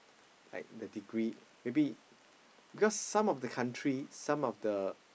like the degree maybe because some of the country some of the